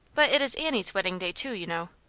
but it is annie's wedding day, too, you know.